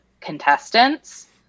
contestants